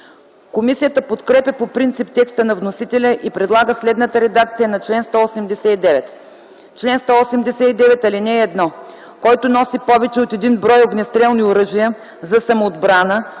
Комисията подкрепя по принцип текста на вносителя и предлага следната редакция на чл. 189: „Чл. 189. (1) Който носи повече от 1 бр. огнестрелно оръжие за самоотбрана